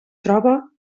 troba